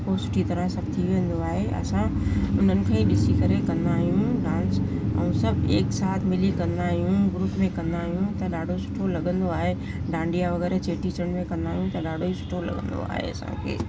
पोइ सुठी तरह सभु थी वेंदो आहे असां उन्हनि खे ई ॾिसी करे कंदा आहियूं डांस ऐं सभु एक साथ मिली कंदा आहियूं ग्रुप में कंदा आहियूं त ॾाढो सुठो लॻंदो आहे डांडिया वग़ैरह चेटीचंड में कंदा आहियूं त ॾाढो सुठो लॻंदो आहे असांखे